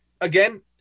Again